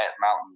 Mountain